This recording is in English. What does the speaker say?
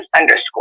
underscore